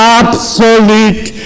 absolute